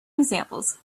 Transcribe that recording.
examples